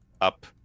up